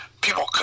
people